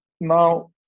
Now